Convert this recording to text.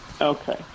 Okay